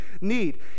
need